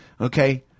okay